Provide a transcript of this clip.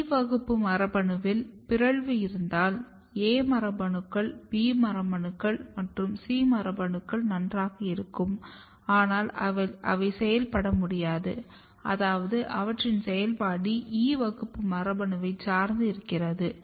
E வகுப்பு மரபணுவில் பிறழ்வு இருந்தால் A மரபணுக்கள் B மரபணுக்கள் மற்றும் C மரபணுக்கள் நன்றாக இருக்கும் ஆனால் அவை செயல்பட முடியாது அதாவது அவற்றின் செயல்பாடு E வகுப்பு மரபணுவைச் சார்ந்தது இருக்கிறது